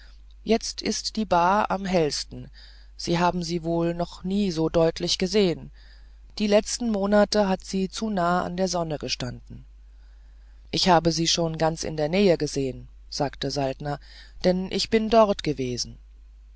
jetzt ist die ba am hellsten sie haben sie wohl noch nie so deutlich gesehen die letzten monate hat sie zu nahe an der sonne gestanden ich habe sie schon ganz in der nähe gesehen sagte saltner denn ich bin schon dort gewesen